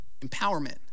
empowerment